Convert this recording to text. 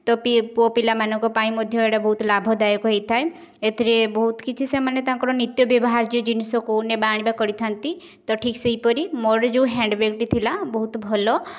ତ ପିଏ ପୁଅପିଲାଙ୍କ ପାଇଁ ମଧ୍ୟ ଏଇଟା ବହୁତ ଲାଭଦାୟକ ହୋଇଥାଏ ଏଥିରେ ବହୁତ କିଛି ସେମାନେ ତାଙ୍କର ନିତ୍ୟ ବ୍ୟବହାର ଯେଉଁ ଜିନିଷକୁ ନେବା ଆଣିବା କରିଥାନ୍ତି ତ ଠିକ୍ ସେହିପରି ମୋର ଯେଉଁ ହ୍ୟାଣ୍ଡ୍ ବ୍ୟାଗ୍ଟି ଥିଲା ବହୁତ ଭଲ